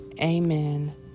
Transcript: Amen